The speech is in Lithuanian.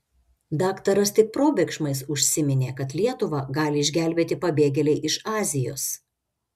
daktaras tik probėgšmais užsiminė kad lietuvą gali išgelbėti pabėgėliai iš azijos